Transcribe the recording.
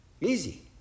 Easy